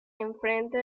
enfrente